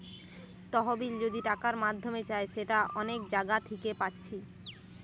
তহবিল যদি টাকার মাধ্যমে চাই সেটা অনেক জাগা থিকে পাচ্ছি